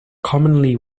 commonly